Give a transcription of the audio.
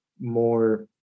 more